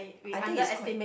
I think it's quite